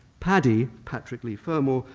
paddy, patrick leigh fermor,